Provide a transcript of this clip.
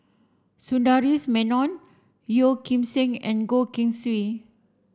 Sundaresh Menon Yeo Kim Seng and Goh Keng Swee